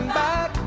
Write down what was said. back